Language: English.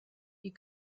you